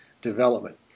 development